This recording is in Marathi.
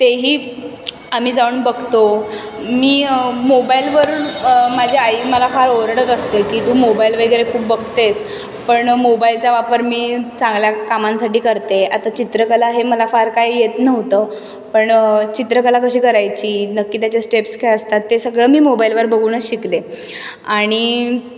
तेही आम्ही जाऊन बघतो मी मोबाईलवरून माझी आई मला फार ओरडत असते की तू मोबाइल वगैरे खूप बघतेस पण मोबाईलचा वापर मी चांगल्या कामांसाठी करते आता चित्रकला हे मला फार काही येत नव्हतं पण चित्रकला कशी करायची नक्की त्याच्या स्टेप्स काय असतात ते सगळं मी मोबाइलवर बघूनच शिकले आणि